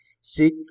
Seek